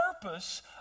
purpose